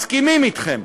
מסכימים אתכם,